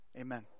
Amen